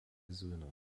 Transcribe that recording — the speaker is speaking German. söhne